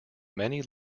many